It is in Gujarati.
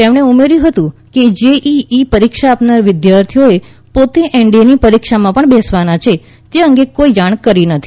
તેમણે ઉમેર્યું હતું કેજેઈઈ જી પરીક્ષા આપનારા વિદ્યાર્થીઓએ પોતે એનડીએની પરીક્ષામાં પણ બેસવાના છે તેઅંગે કોઈ જાણ કરી નથી